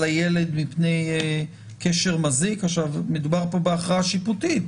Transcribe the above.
הילד מפני קשר מזיק או שמדובר פה בהכרעה שיפוטית.